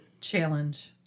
challenge